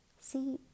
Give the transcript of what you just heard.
See